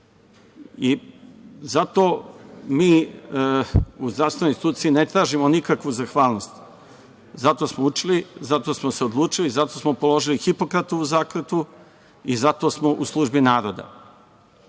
i za to mi u zdravstvenoj struci ne tražimo nikakvu zahvalnost, zato smo učili, zato smo se odlučili, zato smo položili Hipokratovu zakletvu i zato smo u službi naroda. Takođe